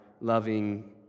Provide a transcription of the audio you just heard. loving